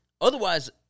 Otherwise